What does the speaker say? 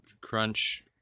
Crunch